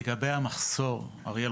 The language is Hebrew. אריאל